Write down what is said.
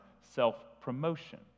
self-promotion